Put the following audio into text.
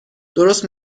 درست